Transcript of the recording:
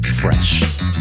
Fresh